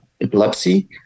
epilepsy